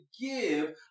give